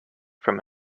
from